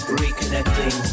reconnecting